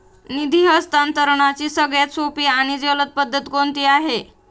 निधी हस्तांतरणाची सगळ्यात सोपी आणि जलद पद्धत कोणती आहे?